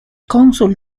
cónsul